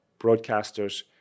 broadcasters